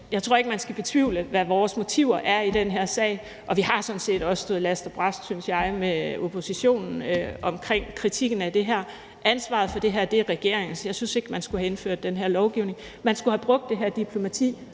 jeg tror ikke, man skal betvivle, hvad vores motiver er i den her sag. Vi har sådan set også stået last og brast med oppositionen, synes jeg, omkring kritikken af det her. Ansvaret for det her er regeringens. Jeg synes ikke, man skulle have indført den her lovgivning. Man skulle have brugt det her diplomati